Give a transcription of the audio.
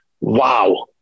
Wow